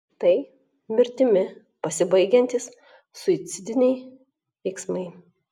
tai mirtimi pasibaigiantys suicidiniai veiksmai